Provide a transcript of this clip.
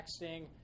texting